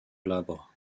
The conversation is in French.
glabres